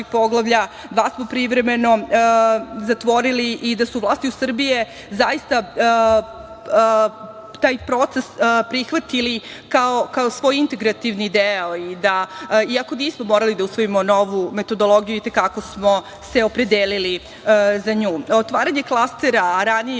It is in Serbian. poglavlja, dva smo privremeno zatvorili i da su vlasti Srbije zaista taj proces prihvatili kao svoj integrativni deo. Iako nismo morali da usvojimo tu novu metodologiju, i te kako smo se opredelili za nju. Otvaranje klastera, a ranije